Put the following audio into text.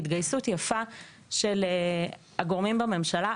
התגייסות יפה של הגורמים בממשלה.